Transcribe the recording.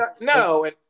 No